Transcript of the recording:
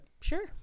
sure